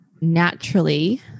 naturally